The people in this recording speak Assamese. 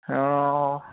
অঁ